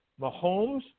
Mahomes